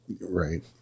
Right